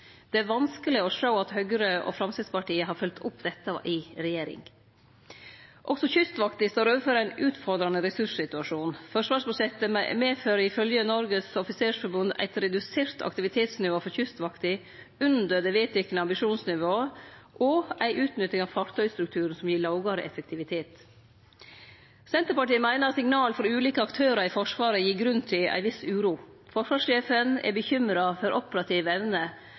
Det er vanskeleg å sjå at Høgre og Framstegspartiet har fylgt opp dette i regjering. Også Kystvakta står overfor ein utfordrande ressurssituasjon. Forsvarsbudsjettet medfører ifylgje Norges Offisersforbund eit redusert aktivitetsnivå for Kystvakta, under det vedtekne ambisjonsnivået, og ei utnytting av fartøystrukturen som gir lågare effektivitet. Senterpartiet meiner signal frå ulike aktørar i Forsvaret gir grunn til ei viss uro. Forsvarssjefen er bekymra for operativ evne,